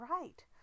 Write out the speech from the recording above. right